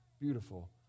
beautiful